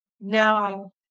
now